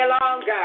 longer